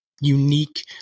unique